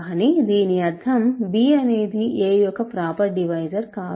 కానీ దీని అర్థం b అనేది a యొక్క ప్రాపర్ డివైజర్ కాదు